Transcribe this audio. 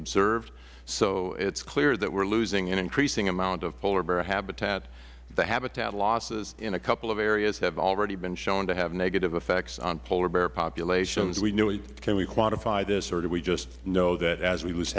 observed so it is clear that we are losing an increasing amount of polar bear habitat the habitat losses in a couple of areas have already been shown to have negative effects on polar bear populations mister hall of new york can we quantify this or do we just know that as we lose